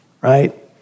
right